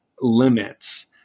limits